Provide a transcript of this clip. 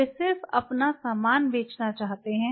वे सिर्फ अपना सामान बेचना चाहते हैं